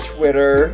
Twitter